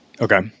okay